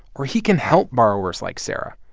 or he can help borrowers like sarah.